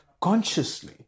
consciously